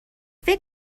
فکر